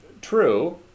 true